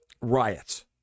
riots